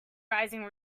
rising